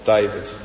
David